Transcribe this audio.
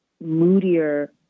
moodier